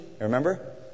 remember